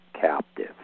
captive